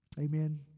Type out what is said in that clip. Amen